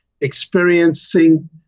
experiencing